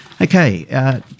Okay